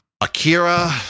Akira